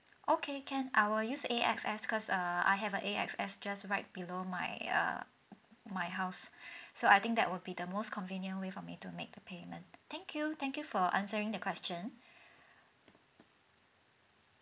okay can I will use A_X_S cause err I have a A_X_S just right below my err my house so I think that would be the most convenient way for me to make the payment thank you thank you for answering the question